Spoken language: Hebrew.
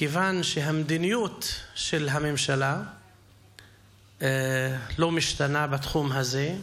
מכיוון שהמדיניות של הממשלה לא משתנה בתחום הזה,